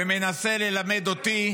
והוא מנסה ללמד אותי,